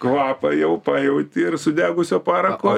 kvapą jau pajauti ir sudegusio parako